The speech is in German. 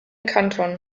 kanton